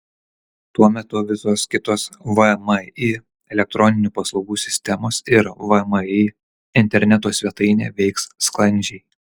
tuo metu visos kitos vmi elektroninių paslaugų sistemos ir vmi interneto svetainė veiks sklandžiai